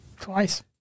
Twice